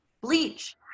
bleach